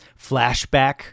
flashback